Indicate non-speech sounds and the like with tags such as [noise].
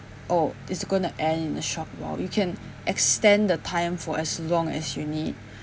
oh it's gonna end in a short while you can extend the time for as long as you need [breath]